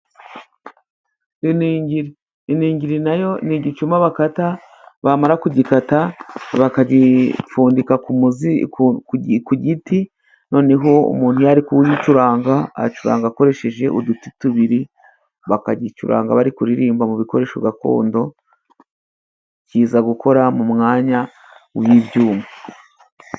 Iningiri , iningiri nayo ni igicuma bakata bamara kugikata bakagipfundika ku muzi ku giti ,noneho umuntu iyo ari kuyicuranga acuranga akoresheje uduti tubiri bakagicuranga bari kuririmba, mu bikoresho gakondo kiza gukora mu mwanya w'ibyuma.